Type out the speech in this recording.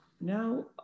now